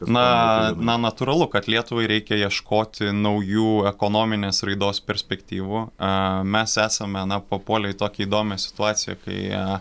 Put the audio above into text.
na na natūralu kad lietuvai reikia ieškoti naujų ekonominės raidos perspektyvų a mes esame na papuolę į tokią įdomią situaciją kai